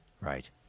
right